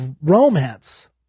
romance